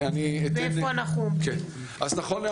ואיפה אנחנו עומדים.